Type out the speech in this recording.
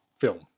film